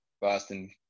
Boston